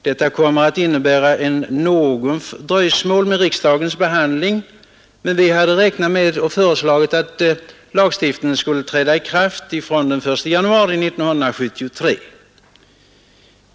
Detta kommer att innebära något dröjsmål med riksdagens behandling; vi hade föreslagit att lagstiftningen skulle träda i kraft den 1 januari 1973.